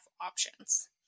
options